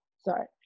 Sorry